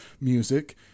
music